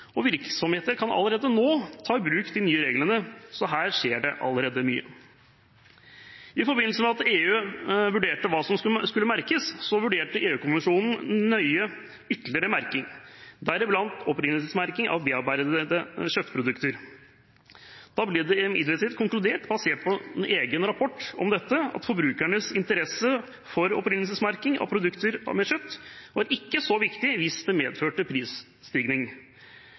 og virksomheter kan allerede nå ta i bruk de nye reglene, så her skjer det mye allerede. I forbindelse med at EU vurderte hva som skulle merkes, vurderte EU-kommisjonen nøye ytterligere merking, deriblant opprinnelsesmerking av bearbeidede kjøttprodukter. Da ble det imidlertid konkludert med, basert på en egen rapport om dette, at forbrukernes interesse for opprinnelsesmerking av produkter av kjøtt ikke var så viktig hvis det medførte prisstigning,